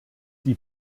die